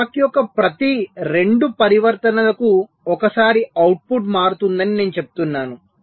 clock యొక్క ప్రతి 2 పరివర్తనలకు ఒకసారి అవుట్పుట్ మారుతుందని నేను చెప్తున్నాను